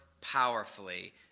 powerfully